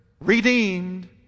redeemed